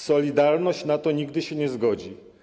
Solidarność' na to nigdy się nie zgodzi.